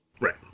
Right